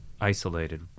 isolated